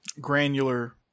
granular